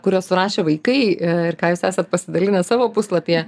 kuriuos surašė vaikai ir ką jūs esat pasidalinę savo puslapyje